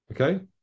Okay